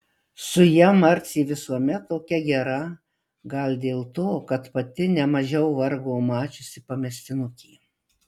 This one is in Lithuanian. su ja marcė visuomet tokia gera gal dėl to kad pati nemažiau vargo mačiusi pamestinukė